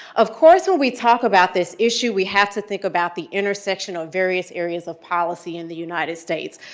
of course when we talk about this issue, we have to think about the intersection of various areas of policy in the united states,